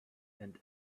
and